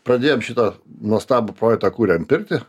pradėjom šitą nuostabų projektą kuriam pirtį